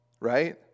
right